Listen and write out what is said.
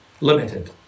limited